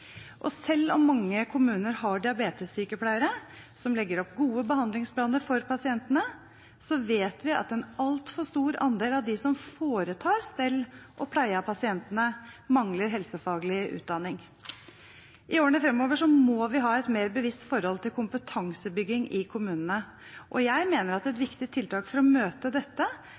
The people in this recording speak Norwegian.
Selv om mange kommuner har diabetessykepleiere, som legger opp gode behandlingsplaner for pasientene, vet vi at en altfor stor andel av dem som foretar stell og pleie av pasientene, mangler helsefaglig utdanning. I årene framover må vi ha et mer bevisst forhold til kompetansebygging i kommunene. Jeg mener at et viktig tiltak for å møte dette,